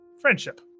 friendship